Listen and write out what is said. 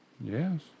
Yes